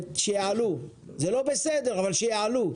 זה לא בסדר, אבל שיעלו.